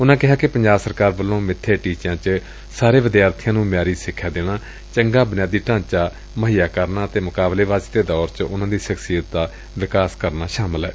ਉਨਾਂ ਕਿਹਾ ਕਿ ਪੰਜਾਬ ਸਰਕਾਰ ਵੱਲੋ ਸਿੱਬੇ ਟੀਚਿਆਂ ਵਿਚ ਸਾਰੇ ਵਿਦਿਆਰਬੀਆਂ ਨੰ ਮਿਆਰੀ ਸਿਖਿਆ ਦੇਣਾ ਚੰਗਾ ਬੁਨਿਆਦੀ ਢਾਚਾ ਮੁਹੱਈਆ ਕਰਨਾ ਅਤੇ ਮੁਕਾਬਲੇਬਾਜ਼ੀ ਦੇ ਦੌਰ ਚ ਉਨੂਾ ਦੀ ਸ਼ਖਸੀਅਤ ਦਾ ਵਿਕਾਸ ਕਰਨਾ ਸ਼ਾਮਲ ਏ